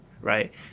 right